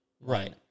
right